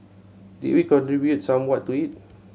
did we contribute somewhat to it